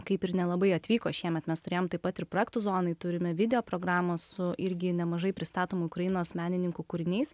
kaip ir nelabai atvyko šiemet mes turėjome taip pat ir projektų zonai turime video programą su irgi nemažai pristatomų ukrainos menininkų kūriniais